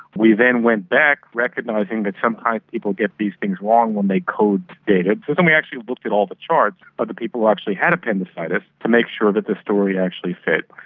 we then went back, recognising that sometimes people get these things wrong when they code data. so then we actually looked at all the charts of the people who actually had appendicitis to make sure that the story actually fit,